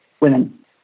women